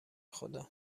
خدا